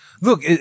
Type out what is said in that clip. Look